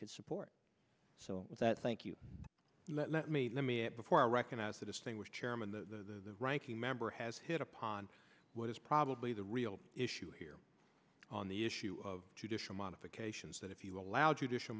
could support so that thank you let me let me before i recognize the distinguished chairman the ranking member has hit upon what is probably the real issue here on the issue of judicial modifications that if you allow judicial